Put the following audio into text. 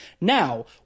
Now